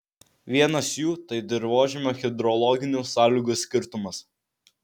vienas jų tai dirvožemio hidrologinių sąlygų skirtumas